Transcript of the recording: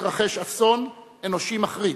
מתרחש אסון אנושי מחריד.